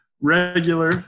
regular